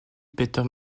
peter